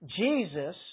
Jesus